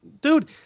dude